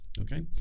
okay